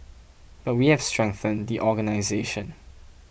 but we have strengthened the organisation